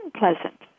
unpleasant